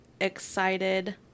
excited